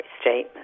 statement